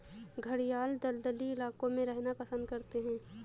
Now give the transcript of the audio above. घड़ियाल दलदली इलाकों में रहना पसंद करते हैं